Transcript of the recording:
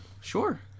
Sure